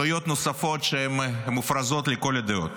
עלויות נוספות, שהן מופרזות לכל הדעות.